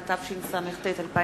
שמורות טבע,